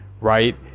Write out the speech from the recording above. right